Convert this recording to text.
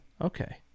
okay